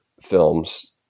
films